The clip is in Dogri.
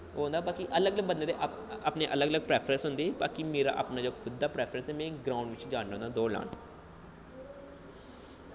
ओह् होंदा बाकी अलग बंदे दे अपनी अलग अलग प्रैफरैंस होंदी बाकी मेरा अपना जो खुद दा प्रैफरैंस ऐ ओह् ग्राउंड़ बिच्च जन्ना होन्ना दौड़ लान